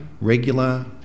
regular